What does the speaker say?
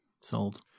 Sold